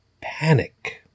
panic